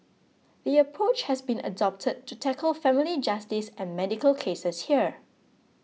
the approach has been adopted to tackle family justice and medical cases here